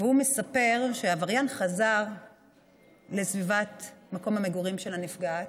והוא מספר שהעבריין חזר לסביבת מקום המגורים של הנפגעת,